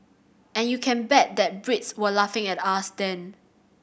and you can bet that Brits were laughing at us then